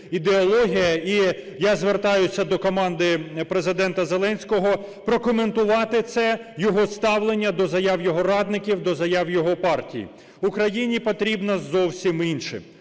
ідеологія. І я звертаюся до команди Президента Зеленського прокоментувати це, його ставлення до заяв його радників, до заяв його партії. Україні потрібно зовсім інше.